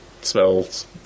smells